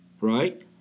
right